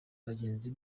bagenzi